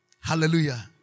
Hallelujah